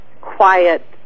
quiet